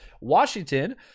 Washington